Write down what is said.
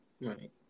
Right